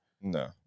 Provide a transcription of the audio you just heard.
no